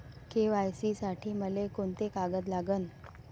KYC साठी मले कोंते कागद लागन?